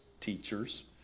teachers